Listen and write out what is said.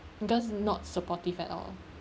because not supportive at all